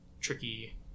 tricky